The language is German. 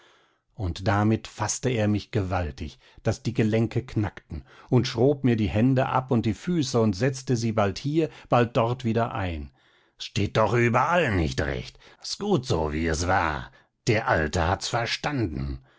und damit faßte er mich gewaltig daß die gelenke knackten und schrob mir die hände ab und die füße und setzte sie bald hier bald dort wieder ein s steht doch überall nicht recht s gut so wie es war der alte hat's verstanden